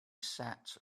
sat